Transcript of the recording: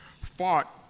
fought